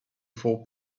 four